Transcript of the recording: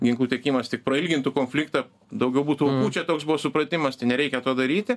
ginklų tiekimas tik prailgintų konfliktą daugiau būtų aukų čia toks buvo supratimas tai nereikia to daryti